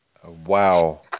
Wow